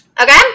Okay